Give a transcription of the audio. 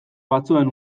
batzuen